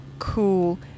Cool